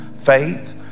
faith